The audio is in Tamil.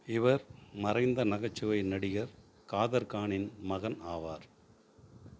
இவர் மறைந்த நகைச்சுவை நடிகர் காதர் கானின் மகன் ஆவார்